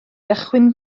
gychwyn